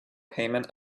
payment